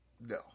No